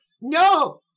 No